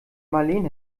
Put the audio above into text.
marleen